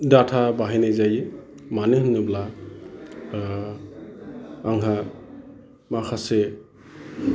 data बाहायनाय जायो मानो होनोब्ला आंहा माखासे